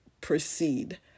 proceed